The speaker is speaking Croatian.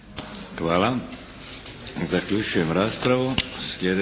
Hvala. Zaključujem raspravu.